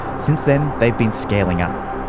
since then, they've been scaling up.